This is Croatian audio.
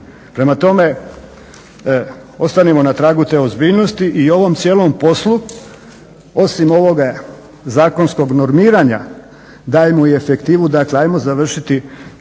Prema tome, ostanimo na tragu te ozbiljnosti i ovom cijelom poslu, osim ovog zakonskog normiranja dajmo i efektivu, dakle ajmo završiti